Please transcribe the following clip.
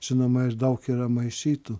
žinoma ir daug yra maišytų